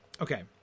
Okay